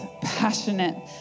passionate